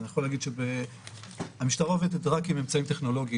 אני יכול להגיד שהמשטרה עובדת רק עם אמצעים טכנולוגיים.